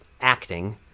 acting